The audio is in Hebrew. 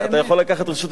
על האמת.